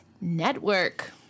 network